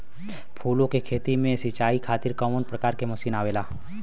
फूलो के खेती में सीचाई खातीर कवन प्रकार के मशीन आवेला?